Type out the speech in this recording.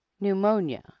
pneumonia